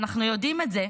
ואנחנו יודעים את זה,